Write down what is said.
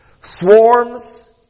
Swarms